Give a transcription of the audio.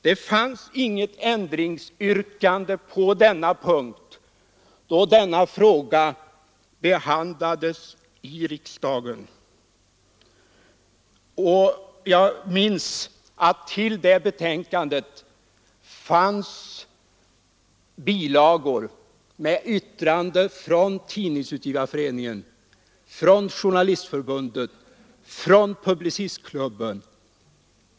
Det framställdes inget ändringsyrkande på denna punkt då paragrafen infördes och behandlades i riksdagen, och jag minns att det till betänkandet i frågan hade fogats bilagor med yttranden från Tidningsutgivareföreningen, från Journalistförbundet och från Publicistklubben.